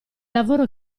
lavoro